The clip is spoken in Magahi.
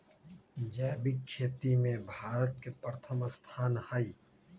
जैविक खेती में भारत के प्रथम स्थान हई